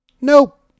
Nope